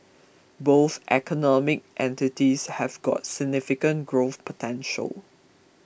both economic entities have got significant growth potential